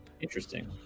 interesting